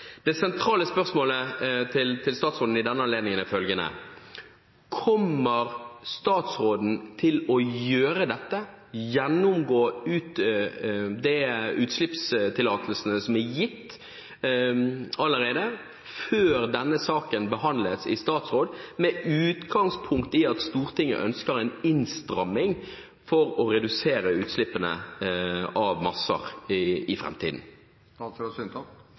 Det sentrale spørsmålet til statsråden i denne anledning er følgende: Kommer statsråden til å gjøre dette, gjennomgå de utslippstillatelsene som er gitt allerede, før denne saken behandles i statsråd, med utgangspunkt i at Stortinget ønsker en innstramming for å redusere utslippene av masser i